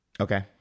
Okay